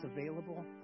available